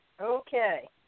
Okay